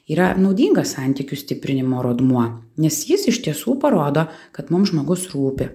yra naudingas santykių stiprinimo rodmuo nes jis iš tiesų parodo kad mums žmogus rūpi